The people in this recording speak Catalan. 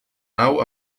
nau